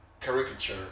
caricature